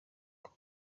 com